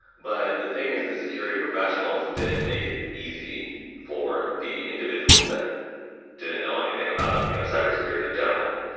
but the thing is the security professionals didn't make it easy for the individuals that didn't know anything about and you know cyber security in general.